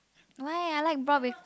why I like brought with